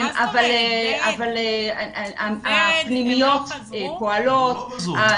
אבל הפנימיות פועלות,